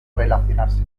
relacionarse